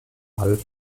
halb